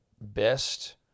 Best